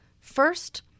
First